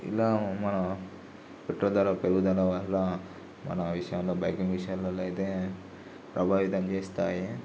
ఇలా మన పెట్రోల్ ధర పెరుగుదల వల్ల మన విషయంలో బైకింగ్ విషయంలో లయితే ప్రభావితం చేస్తాయి